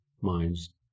minds